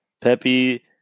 Pepe